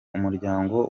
umuryango